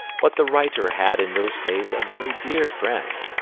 but the writer had in those days a very dear friend,